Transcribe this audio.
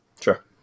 Sure